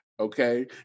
Okay